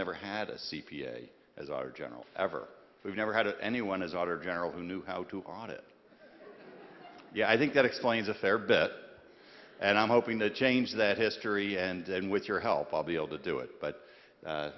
never had a c p a as our general ever we've never had anyone as author general who knew how to audit yeah i think that explains a fair bit and i'm hoping to change that history and with your help i'll be able to do it but